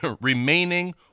remaining